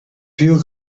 veel